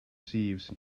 sieves